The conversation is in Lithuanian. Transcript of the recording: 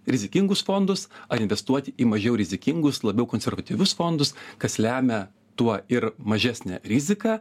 rizikingus fondus ar investuoti į mažiau rizikingus labiau konservatyvius fondus kas lemia tuo ir mažesnę riziką